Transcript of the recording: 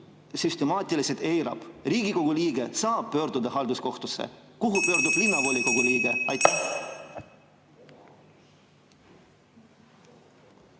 süstemaatiliselt eirab? Riigikogu liige saab pöörduda halduskohtusse. Kuhu pöördub linnavolikogu liige?